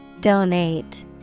Donate